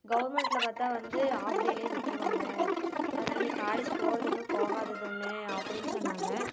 கவர்மெண்ட்ல பார்த்தா வந்து ஹாஃப் டேவிலே விட்டுருவாங்க அதனால் நீ காலேஜ் போகிறதும் ஒன்று போகாததும் ஒன்று அப்படின்னு சொன்னாங்கள்